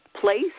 place